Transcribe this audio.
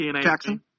Jackson